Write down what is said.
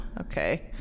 Okay